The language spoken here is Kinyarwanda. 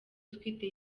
utwite